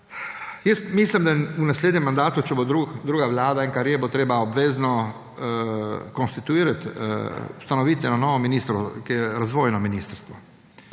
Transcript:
ampak mislim, da v naslednjem mandatu, če bo druga vlada, bo treba obvezno konstituirati, ustanoviti eno novo ministrstvo, razvojno ministrstvo.